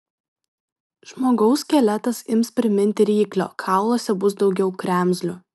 žmogaus skeletas ims priminti ryklio kauluose bus daugiau kremzlių